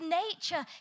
nature